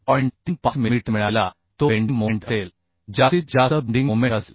35 millimetre मिळालेला तो bending moment असेल जास्तीत जास्त बेंडिंग मोमेंट असेल